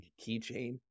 keychain